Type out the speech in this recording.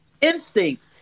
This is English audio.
instinct